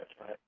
right